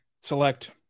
select